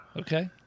Okay